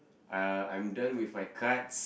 uh I'm done with my cards